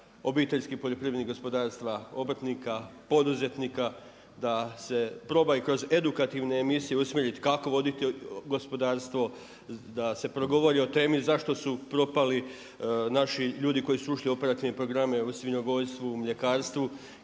obiteljskim, poljoprivrednih, gospodarstva, obrtnika, poduzetnika, da se proba i kroz edukativne emisije usmjeriti kako voditi gospodarstvo, da se progovori o temi zašto su propali naši ljudi koji su ušli u operativne programe, u svinjogojstvu, mljekarstvu.